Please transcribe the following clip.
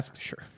Sure